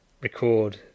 record